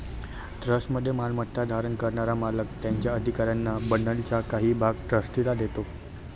ट्रस्टमध्ये मालमत्ता धारण करणारा मालक त्याच्या अधिकारांच्या बंडलचा काही भाग ट्रस्टीला देतो